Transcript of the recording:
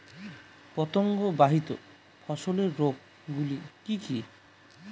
পতঙ্গবাহিত ফসলের রোগ গুলি কি কি?